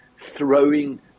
throwing